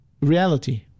reality